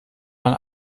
man